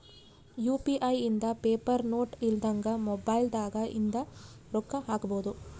UPI ಇಂದ paper note ಇಲ್ದಂಗ mobile ದಾಗ ಇಂದ ರೊಕ್ಕ ಹಕ್ಬೊದು